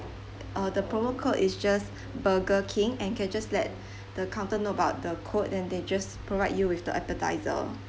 uh the promo code is just burger king and can just let the counter know about the code then they just provide you with the appetizer